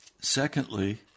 Secondly